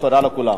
תודה לכולם.